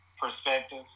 perspective